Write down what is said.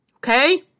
Okay